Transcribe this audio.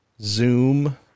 Zoom